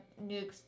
new